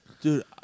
Dude